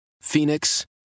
Phoenix